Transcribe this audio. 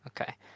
Okay